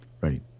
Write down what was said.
Right